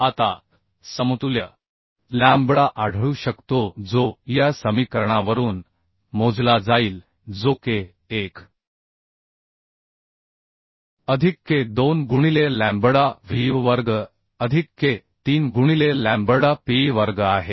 आता समतुल्य लॅम्बडा आढळू शकतो जो या समीकरणावरून मोजला जाईल जो K 1अधिक K2 गुणिले लॅम्बडा VV वर्ग अधिक K 3 गुणिले लॅम्बडा पीई वर्ग आहे